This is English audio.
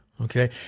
Okay